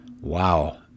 Wow